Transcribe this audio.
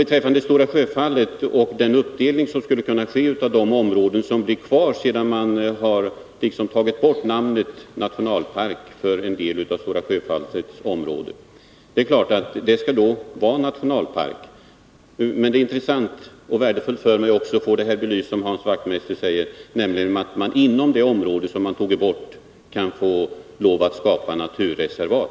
Beträffande Stora Sjöfallet och den uppdelning som skulle kunna ske på de avsnitt som blir kvar, sedan man har slopat beteckningen nationalpark för en del av området, så är det klart att skyddsvärda områden skall tillföras nuvarande eller ny nationalpark. Men det är intressant och värdefullt för mig att Hans Wachtmeister belyst att man inom den del som man skulle ta ur nationalparksinstitutet kan få lov att skapa naturreservat.